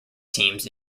teams